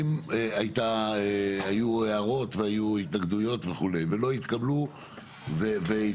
אם היו ההערות והיו התנגדויות וכו' ולא התקבלו והתקבלה